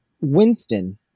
Winston